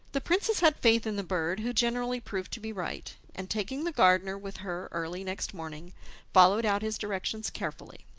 the princess had faith in the bird, who generally proved to be right, and taking the gardener with her early next morning followed out his directions carefully.